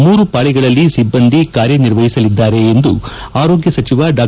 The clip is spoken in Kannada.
ಮೂರು ಪಾಳಗಳಲ್ಲಿ ಸಿಬ್ಲಂದಿ ಕಾರ್ಯನಿರ್ವಹಿಸಲಿದ್ದಾರೆ ಎಂದು ಆರೋಗ್ನ ಸಚಿವ ಡಾ